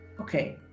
Okay